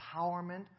empowerment